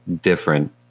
different